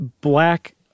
Black